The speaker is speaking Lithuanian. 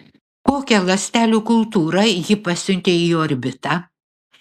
kokią ląstelių kultūrą ji pasiuntė į orbitą